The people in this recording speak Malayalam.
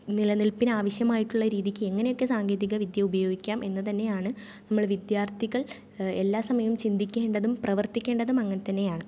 നിലനിൽപ്പിനാവശ്യമായിട്ടുള്ള രീതിക്ക് എങ്ങനെയൊക്കെ സാങ്കേതിക വിദ്യ ഉപയോഗിക്കാം എന്ന് തന്നെയാണ് നമ്മൾ വിദ്യാർത്ഥികൾ എല്ലാ സമയോം ചിന്തിക്കേണ്ടതും പ്രവർത്തിക്കേണ്ടതും അങ്ങനെ തന്നെയാണ്